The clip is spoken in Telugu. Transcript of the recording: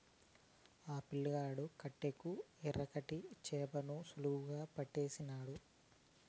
ఆ పిల్లగాడు కట్టెకు ఎరకట్టి చేపలను సులువుగా పట్టేసినాడు